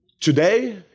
Today